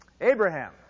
Abraham